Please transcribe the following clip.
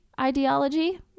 ideology